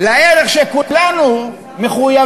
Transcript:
ממשלות ישראל מימנו כ-96%, הרי שהיום אנחנו חיים